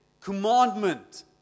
commandment